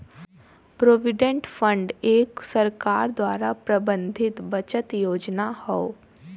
provident fund एक सरकार द्वारा प्रबंधित बचत योजना हौ